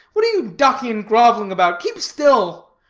what are you ducking and groveling about? keep still.